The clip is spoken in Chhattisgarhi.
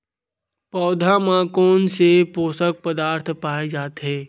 पौधा मा कोन से पोषक पदार्थ पाए जाथे?